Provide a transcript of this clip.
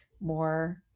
more